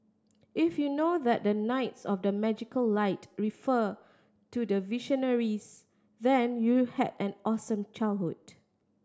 if you know that the knights of the magical light refer to the Visionaries then you had an awesome childhood